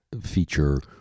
feature